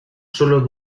sólo